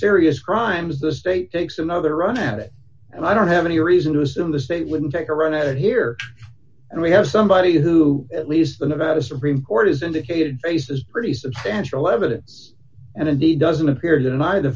serious crimes the state takes another run at it and i don't have any reason to assume the state wouldn't take a run at it here and we have somebody who at least the nevada supreme court has indicated faces pretty substantial evidence and indeed doesn't appear deny the